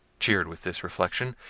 cheered with this reflection,